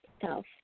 self